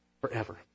forever